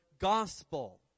gospel